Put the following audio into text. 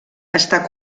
està